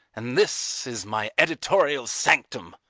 and this is my editorial sanctum.